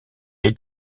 est